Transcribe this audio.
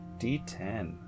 D10